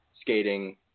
skating